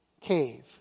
Cave